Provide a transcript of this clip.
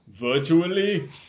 virtually